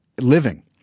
living